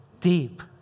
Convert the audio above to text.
deep